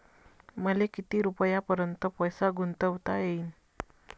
मले किती रुपयापर्यंत पैसा गुंतवता येईन?